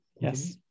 Yes